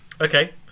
Okay